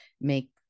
make